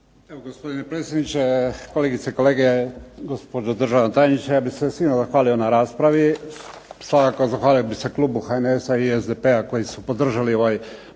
Gospodine predsjedniče, kolegice i kolege, gospođo državna tajnice. Ja bih se svima zahvalio na raspravi. Svakako zahvalio bih se klubu HNS-a i SDP-a koji su podržali ovaj Prijedlog